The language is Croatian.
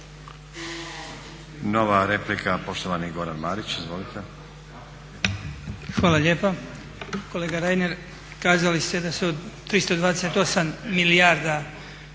Nova replika poštovani Goran Marić. Izvolite. **Marić, Goran (HDZ)** Hvala lijepa. Kolega Reiner, kazali ste da se od 328 milijarda